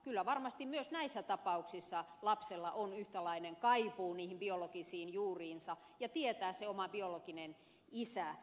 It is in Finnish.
kyllä varmasti myös näissä tapauksissa lapsella on yhtäläinen kaipuu niihin biologisiin juuriinsa ja kaipuu tietää se oma biologinen isä